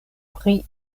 pri